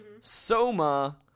Soma